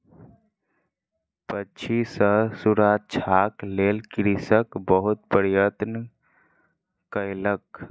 पक्षी सॅ सुरक्षाक लेल कृषक बहुत प्रयत्न कयलक